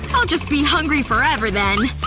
i'll just be hungry forever then!